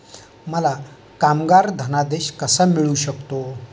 मला कामगार धनादेश कसा मिळू शकतो?